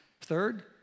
Third